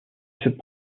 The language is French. cette